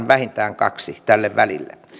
vähintään kaksi tälle välille